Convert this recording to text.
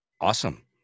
Awesome